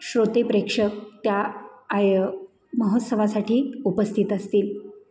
श्रोते प्रेक्षक त्या आय महोत्सवासाठी उपस्थित असतील